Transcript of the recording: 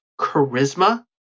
charisma